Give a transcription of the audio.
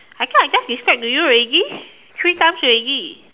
I thought I just describe to you already three times already